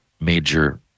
major